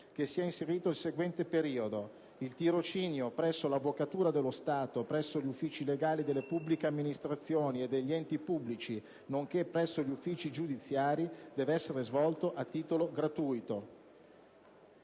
che sia inserito il seguente periodo: "Il tirocinio presso l'Avvocatura dello Stato, presso gli uffici legali delle pubbliche amministrazioni e degli enti pubblici nonché presso gli uffici giudiziari deve essere svolto a titolo gratuito".